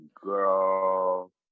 Girl